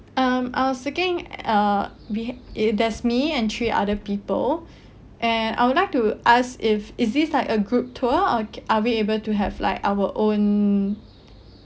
um I was looking uh we hav~ it there's me and three other people and I would like to ask if is this like a group tour or are we able to have like our own